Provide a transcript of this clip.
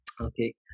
okay